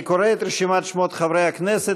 אני קורא את רשימת שמות חברי הכנסת.